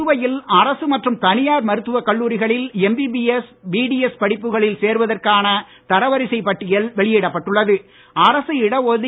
புதுவையில் அரசு மற்றும் தனியார் மருத்துவக் கல்லூரிகளில் எம்பிபிஎஸ் பிடிஎஸ் படிப்புகளில் சேருவதற்கான தர வரிசை பட்டியல் வெளியிடப்பட்டுள்ளது